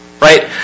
right